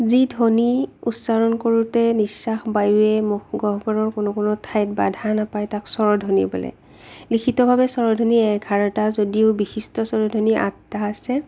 যি ধ্ৱনি উচ্চাৰণ কৰোঁতে নিশ্বাস বায়ুৱে মুখগহ্বৰৰ কোনো কোনো ঠাইত বাধা নাপায় তাক স্বৰধ্বনি বোলে লিখিতভাৱে স্বৰধ্বনি এঘাৰটা যদিও বিশিষ্ট স্বৰধ্বনি আঠটা আছে